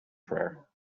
prayer